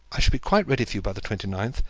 i shall be quite ready for you by the twenty ninth.